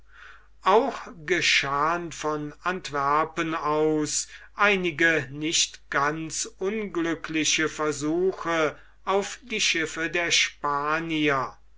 auch geschahen von antwerpen aus einige nicht ganz unglückliche versuche auf die schiffe der spanier